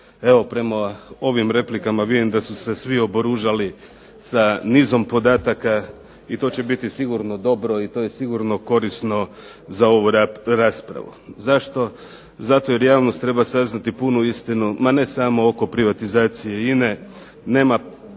Evo prema ovim replikama vidim da su se svi oboružali sa nizom podataka i to će biti sigurno dobro i to je sigurno korisno za ovu raspravu. Zašto? Zato jer javnost treba saznati punu istinu ma ne samo oko privatizacije INA-e, nema